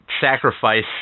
sacrifice